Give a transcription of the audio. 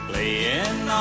Playing